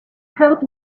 help